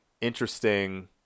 interesting